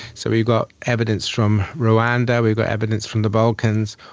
so we've got evidence from rwanda, we've got evidence from the balkans,